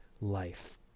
life